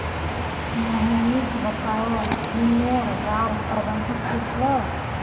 मोहनीश बकाया ऋनेर बार प्रबंधक पूछले